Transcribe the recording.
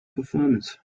performance